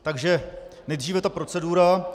Takže nejdříve ta procedura.